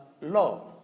law